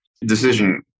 decision